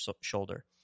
Shoulder